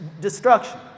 destruction